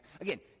Again